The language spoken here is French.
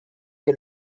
que